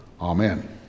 Amen